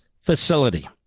facility